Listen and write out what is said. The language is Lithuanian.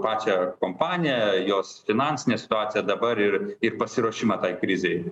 pačią kompaniją jos finansinę situaciją dabar ir ir pasiruošimą tai krizei